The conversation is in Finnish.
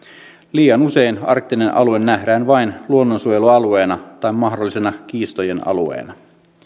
liian usein arktinen alue nähdään vain luonnonsuojelualueena tai mahdollisena kiistojen alueena